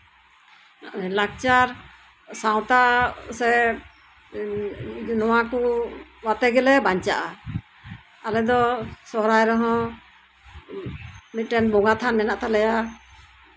ᱞᱟᱠᱪᱟᱨ ᱥᱟᱶᱛᱟ ᱥᱮ ᱱᱚᱣᱟ ᱠᱚ ᱟᱛᱮ ᱜᱮᱞᱮ ᱵᱟᱧᱪᱟᱜᱼᱟ ᱟᱞᱮ ᱫᱚ ᱥᱚᱨᱦᱟᱭ ᱨᱮᱦᱚᱸ ᱢᱤᱫᱴᱮᱱ ᱵᱚᱸᱜᱟ ᱛᱷᱟᱱ ᱢᱮᱱᱟᱜ ᱛᱟᱞᱮᱭᱟ